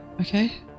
okay